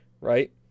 right